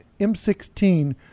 M16